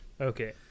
okay